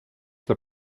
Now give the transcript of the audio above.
the